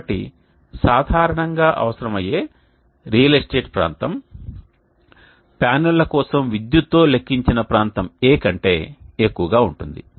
కాబట్టి సాధారణంగా అవసరమయ్యే రియల్ ఎస్టేట్ ప్రాంతం ప్యానెల్ల కోసం విద్యుత్తో లెక్కించిన ప్రాంతం A కంటే ఎక్కువగా ఉంటుంది